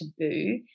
taboo